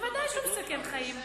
בוודאי שהוא מסכן חיים.